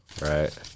right